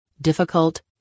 difficult